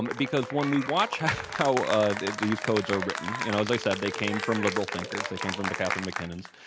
um because when we watch how how ah these codes are written, you know, as i said, they came from liberal thinkers, they came from the c atherine mackinnons.